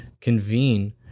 convene